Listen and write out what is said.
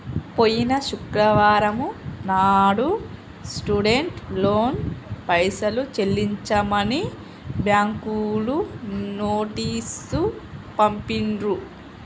పోయిన శుక్రవారం నాడు స్టూడెంట్ లోన్ పైసలు చెల్లించమని బ్యాంకులు నోటీసు పంపిండ్రు